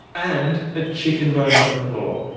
and a chicken bone on the floor.